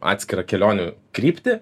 atskirą kelionių kryptį